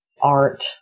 art